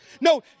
No